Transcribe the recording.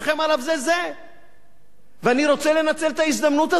אני רוצה לנצל את ההזדמנות הזו ולומר ליושב-ראש ההסתדרות,